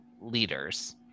leaders